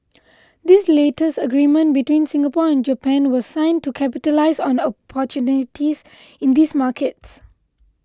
this latest agreement between Singapore and Japan was signed to capitalise on opportunities in these markets